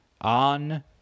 on